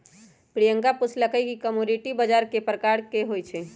प्रियंका पूछलई कि कमोडीटी बजार कै परकार के होई छई?